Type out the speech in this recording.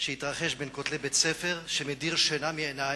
שהתרחש בין כותלי בית-ספר ומדיר שינה מעיני.